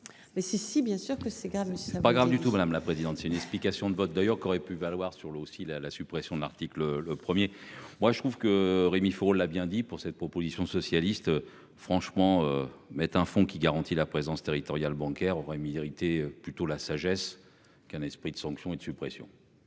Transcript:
Mais si si bien sûr que c'est grave. C'est pas grave du tout madame la présidente. C'est une explication de vote d'ailleurs qui aurait pu valoir sur l'aussi la, la suppression de l'article. Le premier, moi je trouve que Rémi Féraud, l'a bien dit pour cette proposition socialiste franchement mettent un fonds qui garantit la présence territoriale bancaire aurait mérité plutôt la sagesse qu'un esprit de sanctions et de suppression.